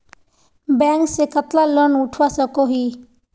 Bank से कतला loan उठवा सकोही?